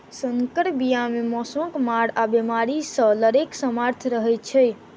सँकर बीया मे मौसमक मार आ बेमारी सँ लड़ैक सामर्थ रहै छै